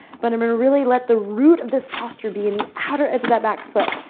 but i'm going to really let the root of this posture be in the outer edge of that back foot.